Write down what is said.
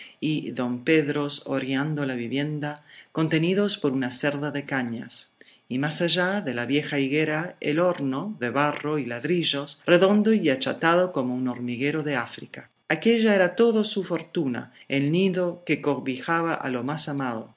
y dompedros orlando la vivienda contenidos por una cerca de cañas y más allá de la vieja higuera el horno de barro y ladrillos redondo y achatado como un hormiguero de áfrica aquello era toda su fortuna el nido que cobijaba a lo más amado